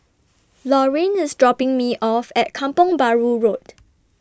Laurine IS dropping Me off At Kampong Bahru Road